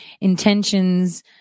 Intentions